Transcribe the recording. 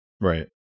right